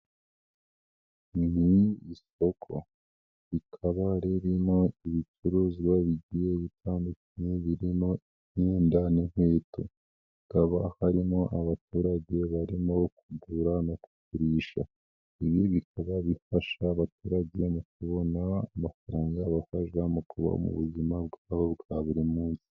Iri ni isoko rikaba ririmo ibicuruzwa bigiye bitandukanye birimo imyenda n'inkweto, hakaba harimo abaturage barimo kugura no kugurisha, ibi bikaba bifasha abaturage mu kubona amafaranga abafasha mu kuba mu buzima bwabo bwa buri munsi.